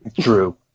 True